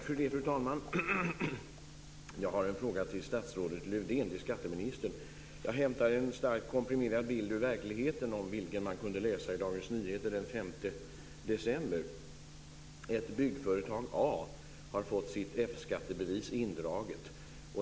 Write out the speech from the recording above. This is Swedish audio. Fru talman! Jag har en fråga till statsrådet Lövdén, till skatteministern. Jag hämtar en starkt komprimerad bild ur verkligheten om vilken man den 5 december kunde läsa i Byggföretaget A har fått sitt F-skattebevis indraget.